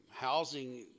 Housing